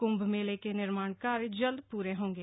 कंभ मेले के निर्माण कार्य जल्द प्रे होंगे